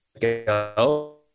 go